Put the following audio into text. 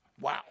wow